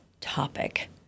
topic